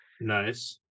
Nice